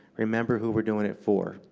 remember who we are doing it for,